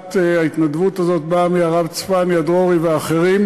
להקמת ההתנדבות הזאת באה מהרב צפניה דרורי ואחרים,